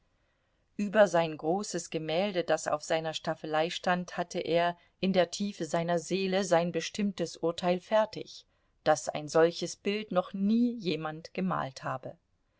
über sein großes gemälde das auf seiner staffelei stand hatte er in der tiefe seiner seele sein bestimmtes urteil fertig daß ein solches bild noch nie jemand gemalt habe